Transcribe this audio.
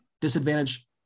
Disadvantage